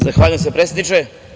Zahvaljujem se, predsedniče.